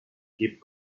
keep